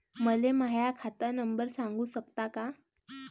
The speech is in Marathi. मले माह्या खात नंबर सांगु सकता का?